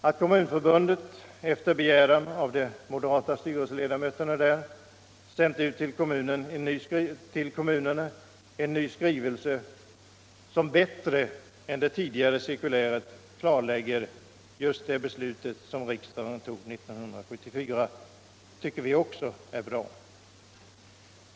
Att Kommunförbundet, efter begäran av de moderata styrelseledamöterna där, sänt ut en ny skrivelse till kommunerna, som bilttre än det tidigare cirkuliäret klarlägger just det beslut som riksdagen fattade 1974, tycker vi också är bra.